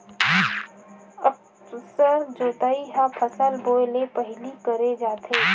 अकरस जोतई ह फसल बोए ले पहिली करे जाथे